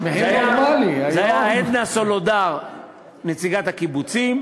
אלה היו עדנה סולודר נציגת הקיבוצים,